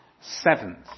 Seventh